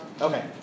Okay